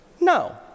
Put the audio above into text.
No